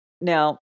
Now